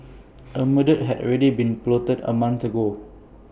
A murder had already been plotted A month ago